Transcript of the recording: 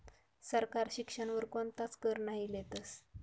सरकार शिक्षण वर कोणताच कर नही लेतस